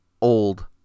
Old